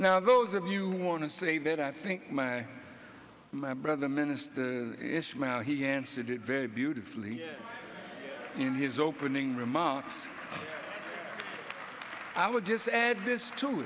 now those of you want to say that i think my my brother minister he answered it very beautifully in his opening remarks i would just add this to